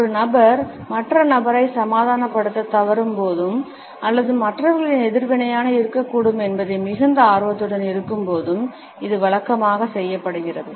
ஒரு நபர் மற்ற நபரை சமாதானப்படுத்தத் தவறும்போதும் அல்லது மற்றவர்களின் எதிர்வினையாக இருக்கக்கூடும் என்பதில் மிகுந்த ஆர்வத்துடன் இருக்கும்போதும் இது வழக்கமாக செய்யப்படுகிறது